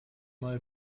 mal